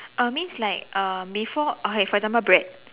uh means like uh before okay for example bread